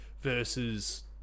versus